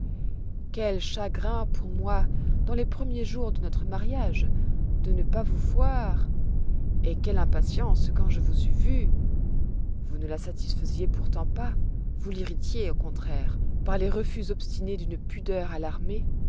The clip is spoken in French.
quel chagrin pour moi dans les premiers jours de notre mariage de ne pas vous voir et quelle impatience quand je vous eus vue vous ne la satisfaisiez pourtant pas vous l'irritiez au contraire par les refus obstinés d'une pudeur alarmée